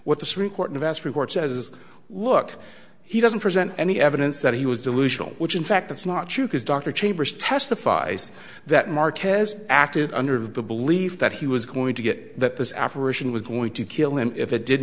what the supreme court invests report says look he doesn't present any evidence that he was delusional which in fact that's not true because dr chambers testifies that mark has acted under the belief that he was going to get that this operation was going to kill him if it did